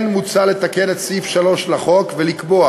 כן מוצע לתקן את סעיף 3 לחוק ולקבוע